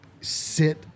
sit